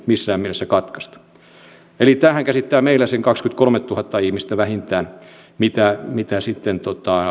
missään mielessä katkaista tämähän käsittää meillä sen kaksikymmentäkolmetuhatta ihmistä vähintään mitä mitä sitten